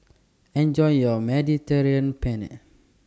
Enjoy your Mediterranean Penne